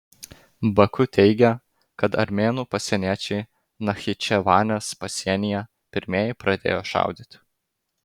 baku teigia kad armėnų pasieniečiai nachičevanės pasienyje pirmieji pradėjo šaudyti